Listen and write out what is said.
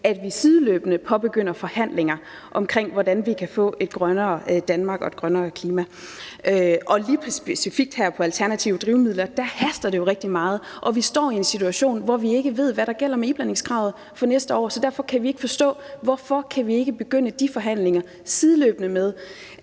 at vi sideløbende påbegynder forhandlinger omkring, hvordan vi kan få et grønnere Danmark og et grønnere klima. Og specifikt med hensyn til alternative drivmidler haster det jo rigtig meget. Vi står i en situation, hvor vi ikke ved, hvad der gælder for iblandingskravet for næste år, så derfor kan vi ikke forstå, hvorfor vi ikke kan begynde de forhandlinger, sideløbende med